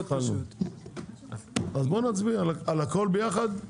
אז בואו נצביע על הכול ביחד.